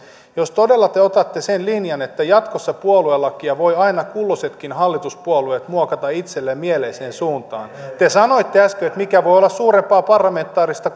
jos todella te otatte sen linjan että jatkossa puoluelakia voivat aina kulloisetkin hallituspuolueet muokata itselleen mieleiseen suuntaan te sanoitte äsken että mikä voi olla suurempaa parlamentaarista